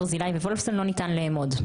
ברזילי וולפסון: לא ניתן לאמוד.